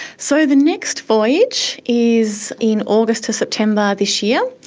so the next voyage is in august to september this year.